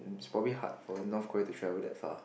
it's probably hard for North-Korea to travel that far